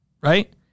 Right